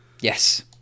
Yes